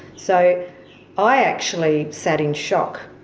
so i actually sat in shock,